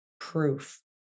proof